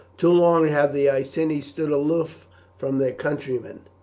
too long have the iceni stood aloof from their countrymen,